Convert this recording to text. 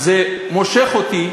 מושך אותי,